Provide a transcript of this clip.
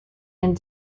and